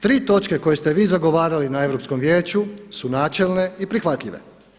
Tri točke koje ste vi zagovarali na Europskom vijeću su načelne i prihvatljive.